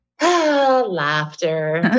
Laughter